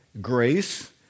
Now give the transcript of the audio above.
grace